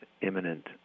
imminent